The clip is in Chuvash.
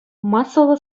массӑллӑ